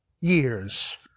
years